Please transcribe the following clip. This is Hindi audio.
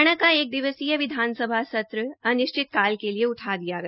हरियाणा का एक दिवसीय विधानसभा सत्र अनिश्चित काल के लिए उठा दिया गया